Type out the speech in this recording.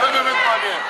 זה באמת מעניין.